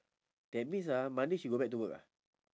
that means ah monday she go back to work ah